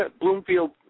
Bloomfield